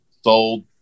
Sold